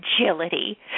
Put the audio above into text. agility